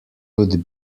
would